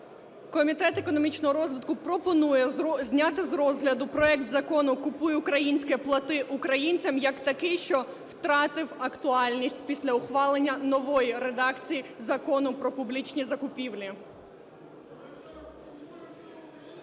Комітет економічного розвитку пропонує зняти з розгляду проект Закону "Купуй українське, плати українцям" як такий, що втратив актуальність після ухвалення нової редакції Закону "Про публічні закупівлі".